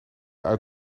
uit